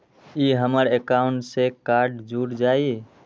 ई हमर अकाउंट से कार्ड जुर जाई?